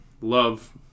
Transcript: love